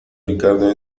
ricardo